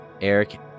Eric